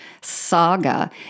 saga